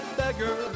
beggar